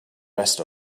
rest